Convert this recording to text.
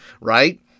right